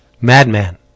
Madman